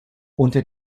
unter